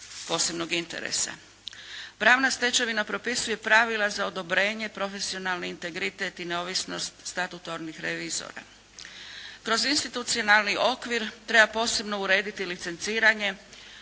posebnog interesa. Pravna stečevina propisuje pravila za odobrenje profesionalni integritet i neovisnost statutornih revizora. Kroz institucionalni okvir treba posebno urediti licenciranje